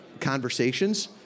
conversations